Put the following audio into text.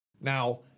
now